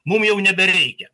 mum jau nebereikia